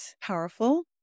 powerful